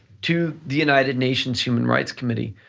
to the united nations human rights committee,